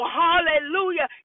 hallelujah